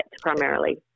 primarily